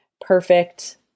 perfect